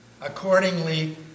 accordingly